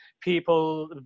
people